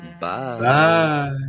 Bye